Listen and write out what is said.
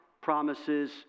promises